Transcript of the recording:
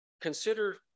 consider